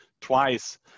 twice